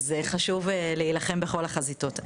זה חשוב להילחם בכל החזיתות.